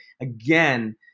again